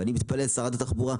ואני מתפלא על שרת התחבורה,